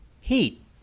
heat